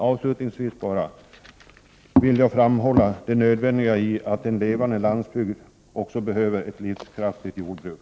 Avslutningsvis vill jag framhålla det nödvändiga i att en levande landsbygd har ett livskraftigt jordbruk.